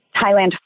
Thailand